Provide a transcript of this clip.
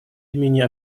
имени